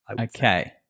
Okay